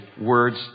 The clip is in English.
words